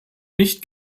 nicht